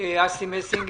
אסי מסינג,